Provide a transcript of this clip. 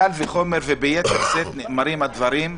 קל וחומר וביתר שאת נאמרים הדברים.